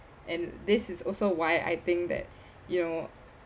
and this is also why I think that you know